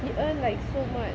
he earn like so much